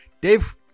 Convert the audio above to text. Dave